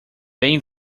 bem